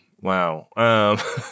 Wow